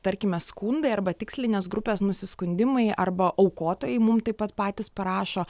tarkime skundai arba tikslinės grupės nusiskundimai arba aukotojai mum taip pat patys parašo